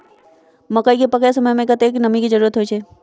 मकई केँ पकै समय मे कतेक नमी केँ जरूरत होइ छै?